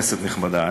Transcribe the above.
כנסת נכבדה,